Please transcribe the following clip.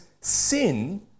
sin